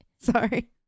sorry